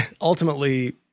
ultimately